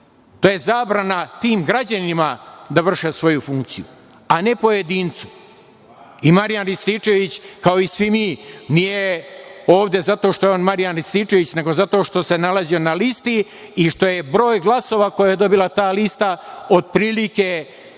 To je zabrana tim građanima da vrše svoju funkciju, a ne pojedincu. Marijan Rističević, kao i svi mi, nije ovde zato što je on Marijan Rističević, nego zato što se nalazio na listi i što je broj glasova koje je dobila ta lista otprilike